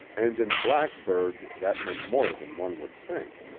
and in blackburg that meant more than one would think.